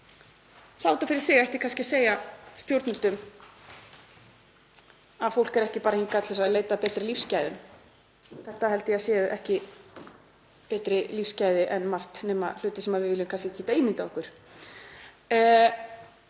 Það út af fyrir sig ætti kannski að segja stjórnvöldum að fólk kemur ekki bara hingað til þess að leita að betri lífsgæðum. Þetta held ég að séu ekki betri lífsgæði en margt, nema hlutir sem við viljum kannski ekki geta ímyndað okkur.